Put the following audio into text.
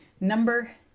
number